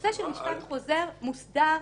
הנושא של משפט חוזר מוסדר --- על?